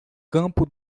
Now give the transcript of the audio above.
campo